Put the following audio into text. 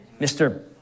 Mr